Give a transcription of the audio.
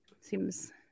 seems